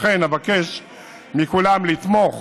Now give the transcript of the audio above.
לכן, אבקש מכולם לתמוך